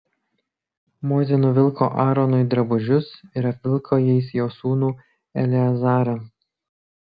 mozė nuvilko aaronui drabužius ir apvilko jais jo sūnų eleazarą